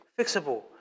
fixable